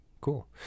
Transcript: cool